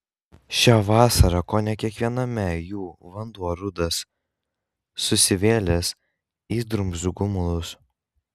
šią vasarą kone kiekviename jų vanduo rudas susivėlęs į drumzlių gumulus